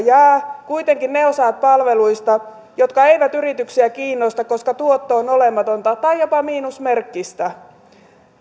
jäävät kuitenkin ne osat palveluista jotka eivät yrityksiä kiinnosta koska tuotto on olematonta tai jopa miinusmerkkistä